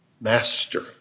master